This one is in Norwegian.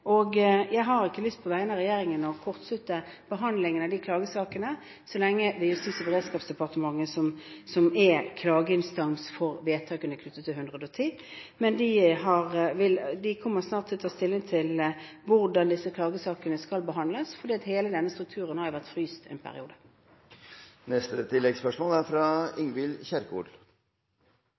Jeg har på vegne av regjeringen ikke lyst til å kortslutte behandlingen av de klagesakene så lenge det er Justis- og beredskapsdepartementet som er klageinstans for vedtakene knyttet til 110-sentralene, men de kommer snart til å ta stilling til hvordan disse klagesakene skal behandles. Hele denne strukturen har jo vært fryst en periode.